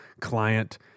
client